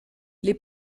les